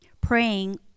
praying